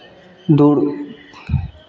दूर